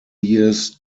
years